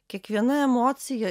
kiekviena emocija